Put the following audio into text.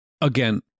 again